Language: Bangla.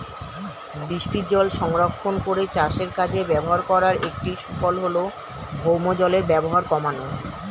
বৃষ্টিজল সংরক্ষণ করে চাষের কাজে ব্যবহার করার একটি সুফল হল ভৌমজলের ব্যবহার কমানো